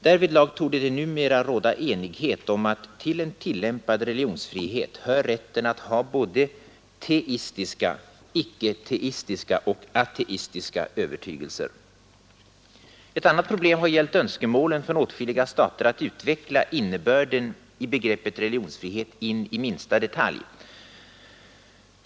Därvidlag torde det numera råda enighet om att till en tillämpad religionsfrihet hör rätten att ha både teistiska, icke-teistiska och ateistiska övertygelser. Ett annat problem har gällt önskemålen för åtskilliga stater att utveckla innebörden i begreppet religionsfrihet in i minsta detalj.